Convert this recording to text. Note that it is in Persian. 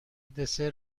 دسر